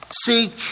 Seek